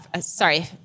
sorry